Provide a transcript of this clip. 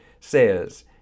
says